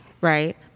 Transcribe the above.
right